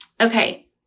Okay